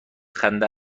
خنده